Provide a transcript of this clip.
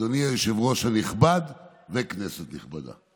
אדוני היושב-ראש הנכבד וכנסת נכבדה.